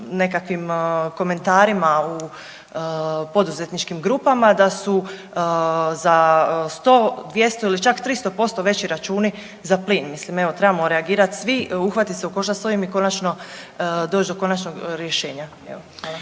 nekakvim komentarima u poduzetničkim grupama da su za 100, 200 ili čak 300% veći računi za plin. Mislim, evo trebamo reagirat svi, uhvatit se u koštac s ovim i konačno doć do konačnog rješenja.